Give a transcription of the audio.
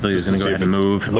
vilya's going to move.